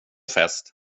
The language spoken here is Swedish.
fest